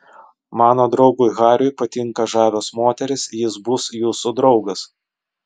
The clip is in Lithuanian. mano draugui hariui patinka žavios moterys jis bus jūsų draugas